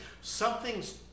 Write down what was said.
something's